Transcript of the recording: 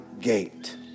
gate